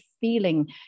feeling